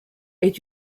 est